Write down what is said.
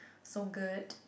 Sogurt